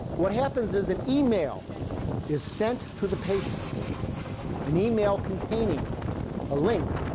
what happens is an email is sent to the patient an email containing a link